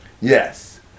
Yes